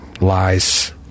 lies